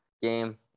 game